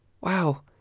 Wow